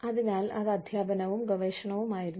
അതിനാൽ അത് അധ്യാപനവും ഗവേഷണവുമായിരുന്നു